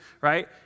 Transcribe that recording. Right